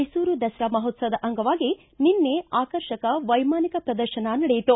ಮೈಸೂರು ದಸರಾ ಮಹೋತ್ಸವ ಅಂಗವಾಗಿ ನಿನ್ನೆ ಆಕರ್ಷಕ ವೈಮಾನಿಕ ಪ್ರದರ್ಶನ ನಡೆಯಿತು